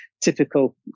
typical